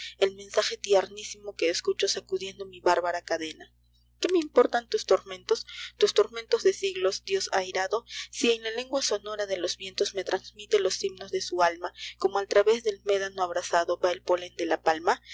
el mensaje tiernísimo que escucho sacudiendo mi bárbara cadena qué importan tus tormentos tus tormentos de siglos dios airado si en la lengua sonora de los vientos me trasmite los himnos de su alma como al travez del médano abrazado v á el pólem de la palma